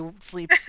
sleep